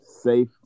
safe